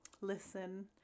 listen